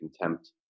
contempt